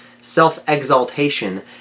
self-exaltation